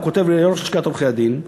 הוא כותב ליושב-ראש לשכת עורכי הדין,